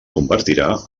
convertirà